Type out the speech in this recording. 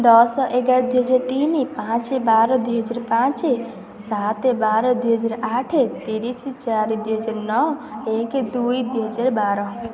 ଦଶ ଏଗାର ଦୁଇହଜାର ତିନି ପାଞ୍ଚ ବାର ଦୁଇହଜାର ପାଞ୍ଚ ସାତେ ବାର ଦୁଇହଜାର ଆଠ ତିରିଶି ଚାରି ଦୁଇହଜାର ନଅ ଏକେ ଦୁଇ ଦୁଇହଜାର ବାର